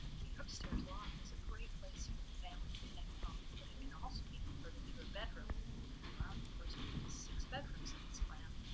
the upstairs loft is a great place for the family to hang out but it can also be converted to a bedroom allowing for as many as six bedrooms in this plan.